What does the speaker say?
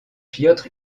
piotr